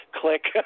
Click